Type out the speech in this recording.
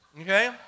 okay